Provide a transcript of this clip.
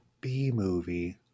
b-movie